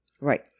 right